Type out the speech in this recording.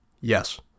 yes